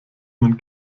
man